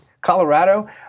Colorado